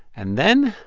and then,